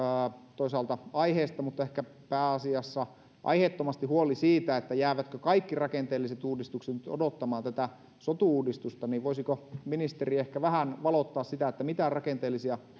toisaalta aiheesta mutta ehkä pääasiassa aiheettomasti huoli siitä jäävätkö kaikki rakenteelliset uudistukset nyt odottamaan tätä sotu uudistusta niin voisiko ministeri ehkä vähän valottaa mitä rakenteellisia